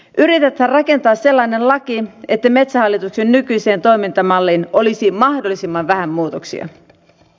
yritetään rakentaa sellainen laki että metsähallituksen nykyiseen toimintamalliin olisi mahdollisimman vähän muutoksia